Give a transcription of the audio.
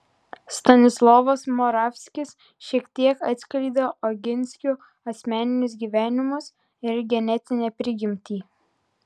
stanislovas moravskis šiek tiek atskleidė oginskių asmeninius gyvenimus ir genetinę prigimtį